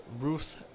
Ruth